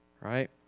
Right